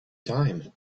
time